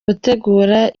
gutegura